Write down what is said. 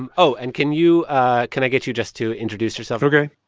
um oh, and can you can i get you just to introduce yourself? ok.